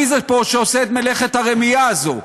מי זה פה שעושה את מלאכת הרמייה הזאת?